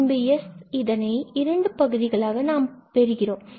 பின்பு S இதனை இரண்டு பகுதிகளாக நாம் பெறுகின்றோம்